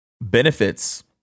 benefits